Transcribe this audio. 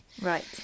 Right